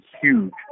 huge